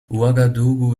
ouagadougou